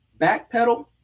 backpedal